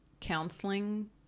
counseling